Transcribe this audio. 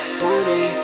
booty